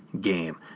game